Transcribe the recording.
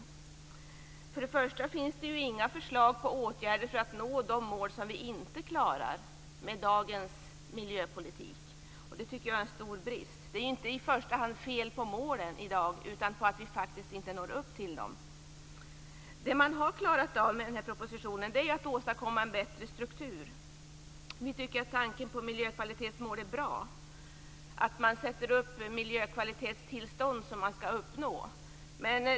Till att börja med finns det inga förslag till åtgärder för att nå de mål som vi inte klarar med dagens miljöpolitik. Det tycker jag är en stor brist. Det är inte i första hand fel på målen utan felet är att vi inte når upp till dem. Det som man har klarat av med den här propositionen är att åstadkomma en bättre struktur. Tanken på miljökvalitetsmål är bra, att man ställer upp krav på miljökvalitetstillstånd som man skall uppnå.